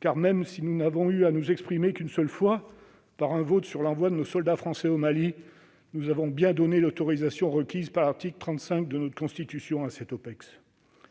car, même si nous n'avons eu à nous exprimer qu'une seule fois, par un vote sur l'envoi de nos soldats français au Mali, nous avons bien donné l'autorisation requise par l'article 35 de notre Constitution à cette OPEX.